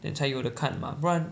then 才有得看嘛不然